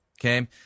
Okay